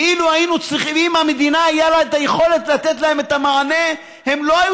ואילו למדינה הייתה היכולת לתת להם את המענה הם לא היו